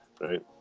right